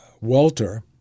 Walter